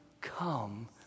Come